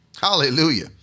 Hallelujah